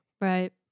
Right